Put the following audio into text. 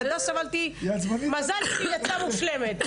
מזל שהילדה יצאה מושלמת.